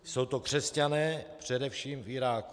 Jsou to křesťané především v Iráku.